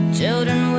children